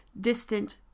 distant